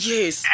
Yes